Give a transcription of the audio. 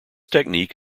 technique